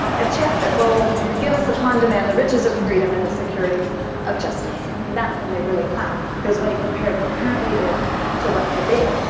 a check that will give us upon demand the riches of freedom and the security of justice. that's when they really clapped. it was when he compared what currently is to what could be.